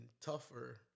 tougher